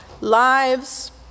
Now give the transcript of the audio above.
lives